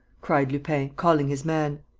cried lupin, calling his man.